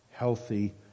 healthy